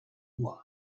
why